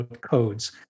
codes